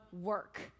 work